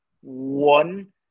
one